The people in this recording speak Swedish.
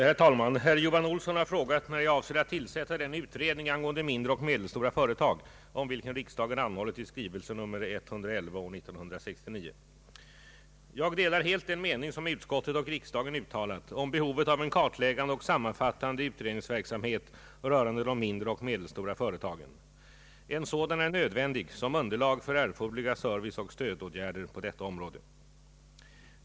Herr talman! Herr Johan Olsson har frågat när jag avser att tillsätta den utredning angående mindre och medelstora företag om vilken riksdagen anhållit i skrivelse nr 111 år 1969. Jag delar helt den mening som utskottet och riksdagen uttalat om behovet av en kartläggande och sammanfattande utredningsverksamhet rörande de mindre och medelstora företagen. En sådan är nödvändig som underlag för erforderliga serviceoch stödåtgärder på detta område.